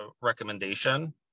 recommendation